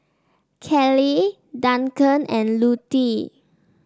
Kellee Duncan and Lutie